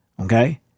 Okay